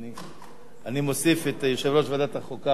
אני מוסיף את יושב-ראש ועדת החוקה, חוק ומשפט.